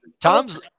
Tom's